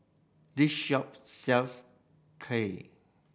this shop sells Kay